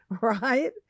right